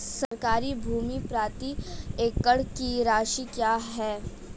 सरकारी भूमि प्रति एकड़ की राशि क्या है?